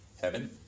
Heaven